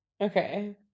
okay